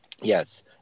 Yes